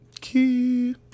Key